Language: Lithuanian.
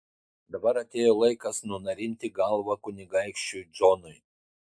dabar atėjo laikas nunarinti galvą kunigaikščiui džonui